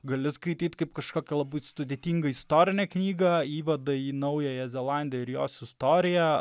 gali skaityt kaip kažkokią labai sudėtingą istorinę knygą įvadą į naująją zelandiją ir jos istoriją